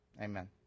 Amen